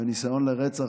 ניסיון לרצח,